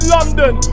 London